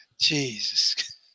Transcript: Jesus